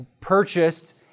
purchased